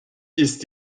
ist